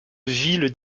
ville